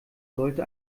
sollte